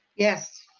yes.